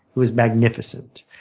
it was magnificent.